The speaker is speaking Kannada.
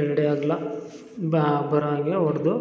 ಎರಡೇ ಅಗಲ ಬರೊ ಹಾಗೇ ಒಡೆದು